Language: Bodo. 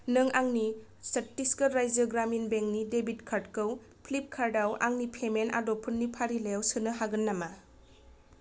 नों आंनि चत्तिसगर राज्यो ग्रामिन बेंकनि डेबिट कार्डखौ फ्लिपकार्टआव आंनि पेमेन्ट आदबफोरनि फारिलाइयाव सोनो हागोन नामा